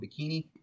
bikini